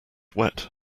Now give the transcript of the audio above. wet